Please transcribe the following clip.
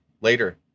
later